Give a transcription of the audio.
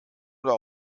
oder